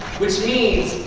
which means,